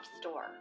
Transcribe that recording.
store